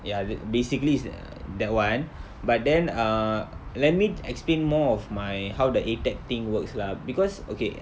ya th~ basically is that [one] but then err let me explain more of my how the A_T_A_C thing works lah because okay